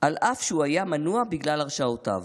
אף שהיה מנוע בגלל הרשעותיו.